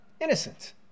innocent